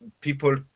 people